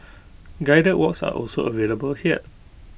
guided walks are also available here